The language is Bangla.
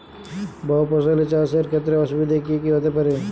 বহু ফসলী চাষ এর ক্ষেত্রে অসুবিধে কী কী হতে পারে?